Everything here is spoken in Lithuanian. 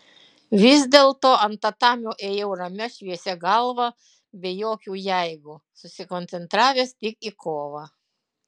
vis dėlto ant tatamio ėjau ramia šviesia galva be jokių jeigu susikoncentravęs tik į kovą